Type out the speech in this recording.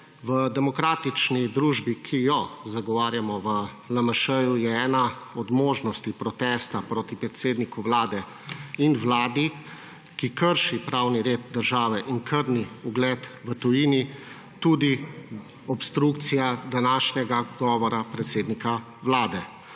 V demokratični družbi, ki jo zagovarjamo v LMŠ, je ena od možnosti protesta proti predsedniku vlade in vladi, ki krši pravni red države in krni ugled v tujini, tudi obstrukcija današnjega govora predsednika vlade.